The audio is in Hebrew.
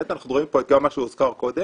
אנחנו מדברים פה גם על מה שהוזכר קודם,